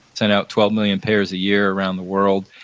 sent out twelve million pairs a year around the world.